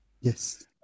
Yes